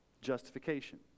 Justification